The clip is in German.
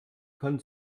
kann